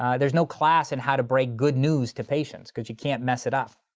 um there's no class in how to break good news to patients, cuz you can't mess it up.